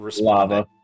lava